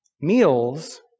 meals